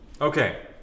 Okay